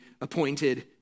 appointed